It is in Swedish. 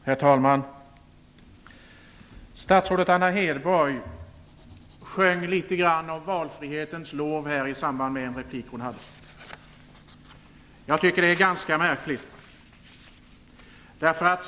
Herr talman! Statsrådet Anna Hedborg sjöng valfrihetens lov i samband med en replik hon hade. Jag tycker att det är ganska märkligt.